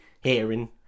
hearing